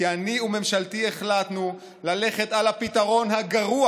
כי אני וממשלתי החלטנו ללכת על הפתרון הגרוע